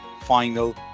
final